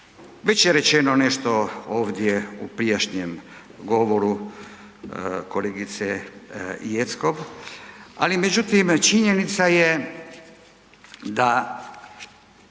Već je rečeno nešto ovdje u prijašnjem govoru kolegice Jeckov, ali međutim činjenica je da